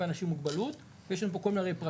אנשים עם מוגבלות ויש לנו פה כל מיני פרקים,